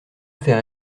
faire